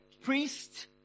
Priest